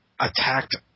attacked